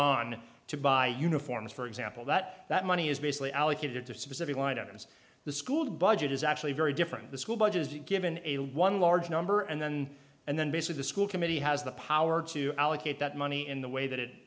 on to buy uniforms for example that that money is basically allocated to specific line items the school budget is actually very different the school budget is given a one large number and then and then base of the school committee has the power to allocate that money in the way that it